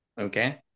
Okay